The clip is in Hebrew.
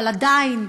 אבל עדיין,